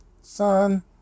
Sun